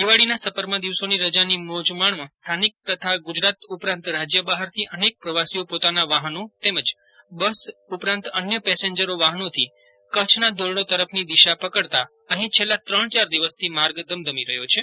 દિવાળીના સપરમા દિવસોની રજાની મોજ માણવા સ્થાનિક તથા ગુજરાત ઉપરાંત રાજ્ય બહારથી અનેક પ્રવાસીઓ પોતાના વાહનો તેમજ બસ ઉપરાંત અન્ય પેસેન્જર વાહનોથી કચ્છના ધોરડો તરફની દિશા પકડતા અહીં છેલ્લા ત્રણ ચાર દિવસથી માર્ગ ધમધમી રહ્યો છે